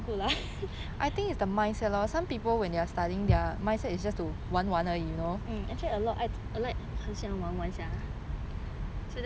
no good lah actually a lot like 喜欢玩玩 sia